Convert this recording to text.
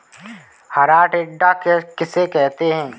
हरा टिड्डा किसे कहते हैं?